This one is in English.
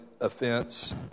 offense